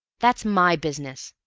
that's my business,